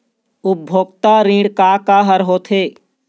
उपभोक्ता ऋण का का हर होथे?